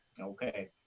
okay